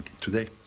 today